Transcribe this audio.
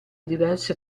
diverse